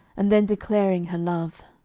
and then declaring her love.